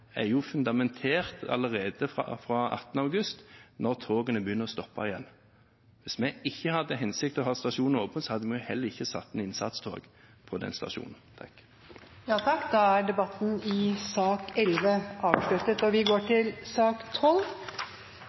er jo fundamentert allerede fra 18. august, når togene begynner å stoppe igjen. Hvis vi ikke hadde til hensikt å ha stasjonen åpen, hadde vi heller ikke satt inn innsatstog på den stasjonen. Flere har ikke bedt om ordet til sak